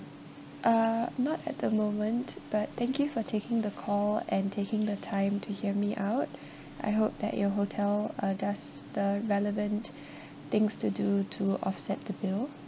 uh not at the moment but thank you for taking the call and taking the time to hear me out I hope that your hotel uh does the relevant things to do to offset the bill